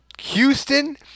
Houston